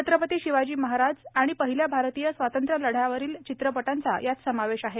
छत्रपती शिवाजी महाराज आणि पहिल्या भारतीय स्वातंत्र्यलढ़यावरील चित्रपटांचा यात समावेश आहे